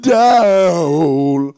down